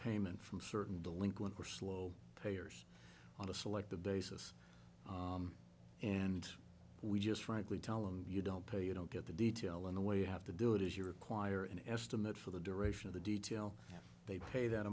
payment from certain delinquent or slow payers want to select the basis and we just frankly tell them you don't pay you don't get the detail in the way you have to do it as you require an estimate for the duration of the detail they pay that